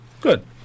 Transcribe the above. good